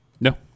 No